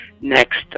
Next